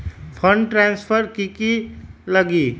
Fund transfer कि की लगी?